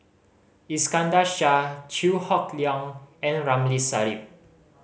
Iskandar Shah Chew Hock Leong and Ramli Sarip